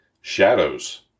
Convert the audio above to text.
Shadows